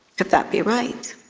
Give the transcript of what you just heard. could that be right?